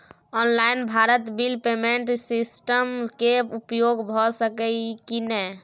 Online Bharat bill payment system के उपयोग भ सके इ की नय?